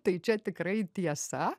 tai čia tikrai tiesa